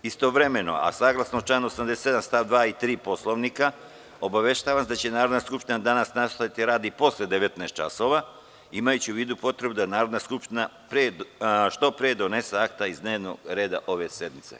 Istovremeno, a saglasno članu 87. stav 2. i 3. Poslovnika obaveštavam vas da će Narodna skupština danas nastaviti rad i posle 19 časova, imajući u vidu potrebu da Narodna skupština što pre donese akta iz dnevnog reda ove sednice.